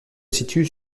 situe